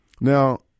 Now